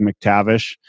McTavish